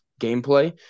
gameplay